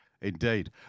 Indeed